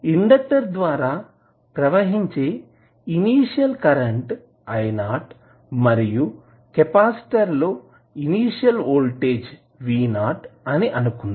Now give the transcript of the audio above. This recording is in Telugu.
ఇండెక్టర్ ద్వారా ప్రవహించే ఇనీషియల్ కరెంటు I0 మరియు కెపాసిటర్ లో ఇనీషియల్ వోల్టేజ్ V0 అని అనుకుందాం